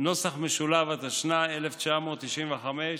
התשנ"ה 1995,